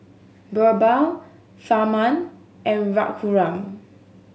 Birbal Tharman and Raghuram